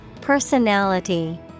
Personality